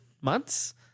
months